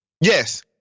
Yes